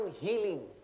healing